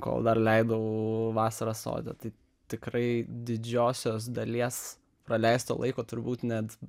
kol dar leidau vasaras sode tai tikrai didžiosios dalies praleisto laiko turbūt net